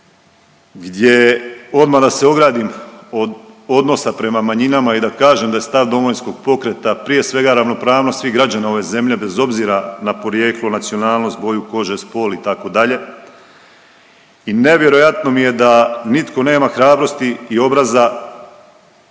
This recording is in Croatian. gdje odmah da se ogradim od odnosa prema manjinama i da kažem da je stav Domovinskog pokreta prije svega ravnopravnost svih građana ove zemlje bez obzira na porijeklo, nacionalnost, boju kože, spol itd. I nevjerojatno mi je da nitko nema hrabrosti i obraza,